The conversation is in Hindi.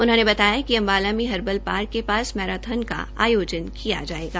उन्होंने बताया कि अम्बाला में हर्बल पार्क के पास मैराथन का आयोजन किया जायेगा